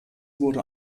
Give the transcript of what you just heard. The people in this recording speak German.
wurde